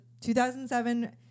2007